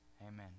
Amen